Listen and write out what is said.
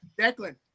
Declan